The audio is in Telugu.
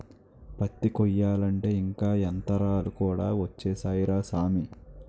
పత్తి కొయ్యాలంటే ఇంక యంతరాలు కూడా ఒచ్చేసాయ్ రా సామీ